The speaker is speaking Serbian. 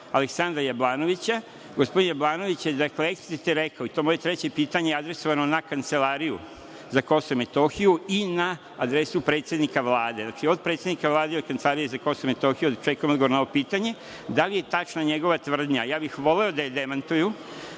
Aleksandra Jablanovića. Gospodin Jablanović je eksplicite rekao, to moje treće pitanje adresovano je na Kancelariju za Kosovo i Metohiju i na adresu predsednika Vlade, znači od predsednika Vlade i od Kancelarije za Kosovo i Metohiju očekujem odgovor na ovo pitanje – da li je tačna njegova tvrdnja, ja bih voleo da je demantuju,